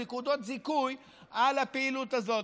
נקודות זיכוי על הפעילות הזאת.